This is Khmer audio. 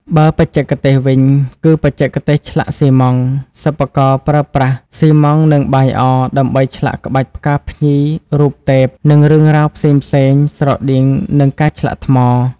បើបច្ចេកទេសវិញ គឺបច្ចេកទេសឆ្លាក់ស៊ីម៉ង់ត៍: សិប្បករប្រើប្រាស់ស៊ីម៉ង់ត៍ និងបាយអរ ដើម្បីឆ្លាក់ក្បាច់ផ្កាភ្ញី រូបទេព និងរឿងរ៉ាវផ្សេងៗ ស្រដៀងនឹងការឆ្លាក់ថ្ម។